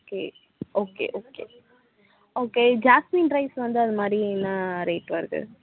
okay okay okay okay jasmine rice வந்து அது மாதிரி என்ன ரேட் வருது